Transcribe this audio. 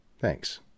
Thanks